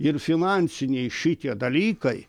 ir finansiniai šitie dalykai